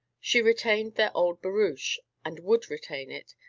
she retained their old barouche, and would retain it,